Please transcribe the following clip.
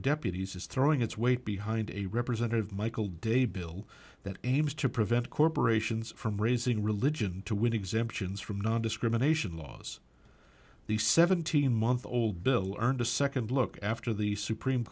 deputies is throwing its weight behind a representative michael de bill that aims to prevent corporations from raising religion to win exemptions from nondiscrimination laws the seventeen month old bill earned a second look after the supreme